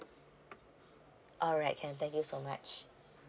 alright can thank you so much